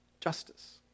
justice